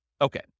Okay